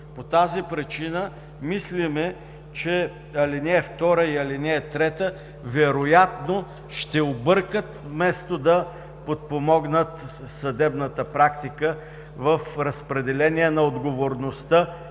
По тази причина мислим, че ал. 2 и ал. 3 вероятно ще объркат, вместо да подпомогнат съдебната практика в разпределение на отговорността